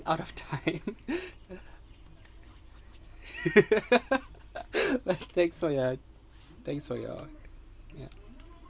out of time thanks for your thanks for your yeah